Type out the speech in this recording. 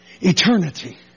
Eternity